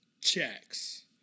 checks